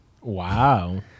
Wow